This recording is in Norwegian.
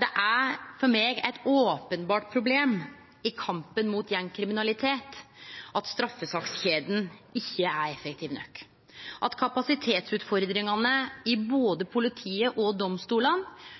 Det er for meg eit openbert problem i kampen mot gjengkriminalitet at straffesakskjeden ikkje er effektiv nok, at kapasitetsutfordringane i både politiet og domstolane,